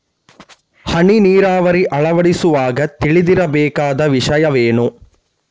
ಹನಿ ನೀರಾವರಿ ಅಳವಡಿಸುವಾಗ ತಿಳಿದಿರಬೇಕಾದ ವಿಷಯವೇನು?